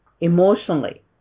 emotionally